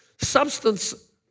substance